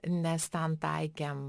nes ten taikėm